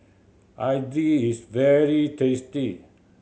idly is very tasty